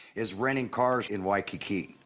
is renting cars in waikiki.